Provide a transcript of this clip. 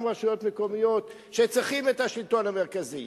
רשויות מקומיות שצריכות את השלטון המרכזי,